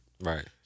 Right